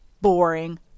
boring